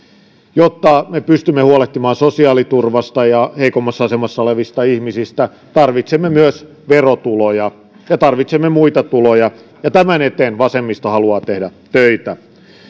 jotta me pystymme huolehtimaan sosiaaliturvasta ja heikoimmassa asemassa olevista ihmisistä tarvitsemme myös verotuloja ja tarvitsemme muita tuloja ja tämän eteen vasemmisto haluaa tehdä töitä